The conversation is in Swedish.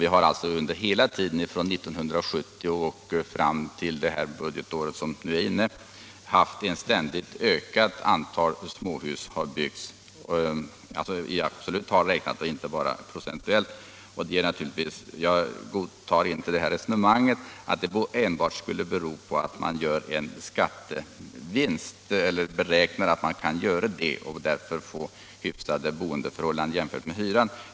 Vi har alltså från 1970 och fram till innevarande budgetår haft ett ständigt ökande antal byggda småhus, inte bara procentuellt utan också i absoluta tal räknat. Jag godtar inte resonemanget att detta enbart skulle bero på att man räknar med att göra en skattevinst och därför får hyfsade boendekostnader i jämförelse med att hyra.